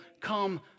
come